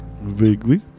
vaguely